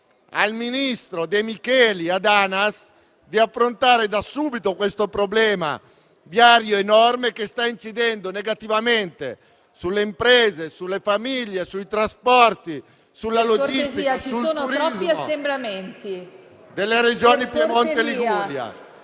al ministro De Micheli e all'ANAS di affrontare subito questo problema viario enorme che sta incidendo negativamente sulle imprese, sulle famiglie, sui trasporti, sulla logistica e sul turismo delle Regioni Piemonte e Liguria.